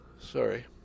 sorry